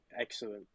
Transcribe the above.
excellent